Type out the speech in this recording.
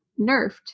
nerfed